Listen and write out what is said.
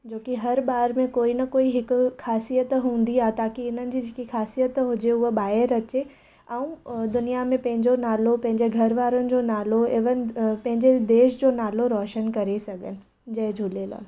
जोकी हर ॿार में कोई न कोई हिकु ख़ासियत हूंदी आहे ताकी हिननि जी जेकी ख़ासियत हुजे उहे ॿाहिरि अचे ऐं दुनिया में पंहिंजो नालो पंहिंजे घर वारनि जो नालो इन्हनि पंहिंजे देश जो नालो रोशन करे सघनि जय झूलेलाल